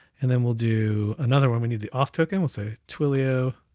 and then we'll do another one. we need the auth token. we'll say twilio